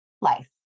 life